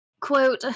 Quote